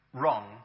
wrong